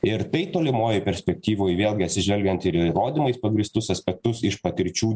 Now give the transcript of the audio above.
ir tai tolimoj perspektyvoj vėlgi atsižvelgiant ir įrodymais pagrįstus aspektus iš patirčių